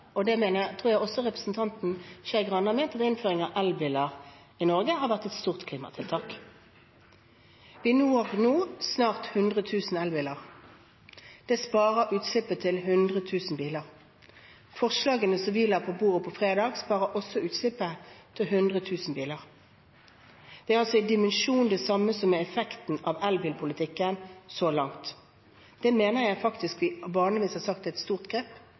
tror jeg også representanten Skei Grande har ment – har vært et stort klimatiltak. Vi når nå snart 100 000 elbiler. Det sparer utslippet til 100 000 biler. Forslagene som vi la på bordet på fredag, sparer også utslippet til 100 000 biler. Det er altså i dimensjon det samme som er effekten av elbilpolitikken så langt. Det mener jeg faktisk at vi vanligvis har sagt er et stort grep.